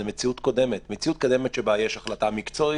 זו מציאות קודמת שבה יש החלטה מקצועית,